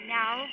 now